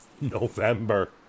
November